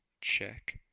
check